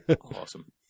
Awesome